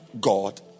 God